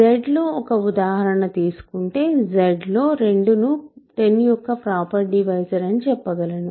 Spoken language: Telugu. Z లో ఒక ఉదాహరణ తీసుకుంటే Z లో 2 ను 10 యొక్క ప్రాపర్ డివైజర్ అని చెప్పగలను